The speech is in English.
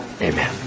Amen